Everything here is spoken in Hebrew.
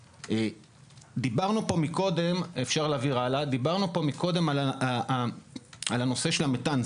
דיברנו פה קודם על הנושא של מתאן.